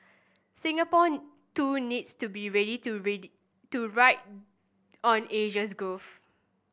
Singapore too needs to be ready to ready to ride on Asia's growth